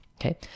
Okay